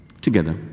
Together